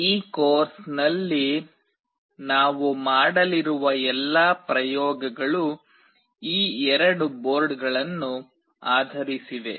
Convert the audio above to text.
ಈ ಕೋರ್ಸ್ನಲ್ಲಿ ನಾವು ಮಾಡಲಿರುವ ಎಲ್ಲಾ ಪ್ರಯೋಗಗಳು ಈ ಎರಡು ಬೋರ್ಡ್ಗಳನ್ನು ಆಧರಿಸಿವೆ